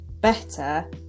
better